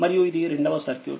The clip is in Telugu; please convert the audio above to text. మరియు ఇది రెండవ సర్క్యూట్